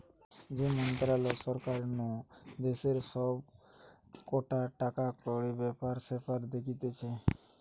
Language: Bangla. যে মন্ত্রণালয় সরকার নু দেশের সব কটা টাকাকড়ির ব্যাপার স্যাপার দেখতিছে